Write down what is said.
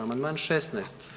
Amandman 16.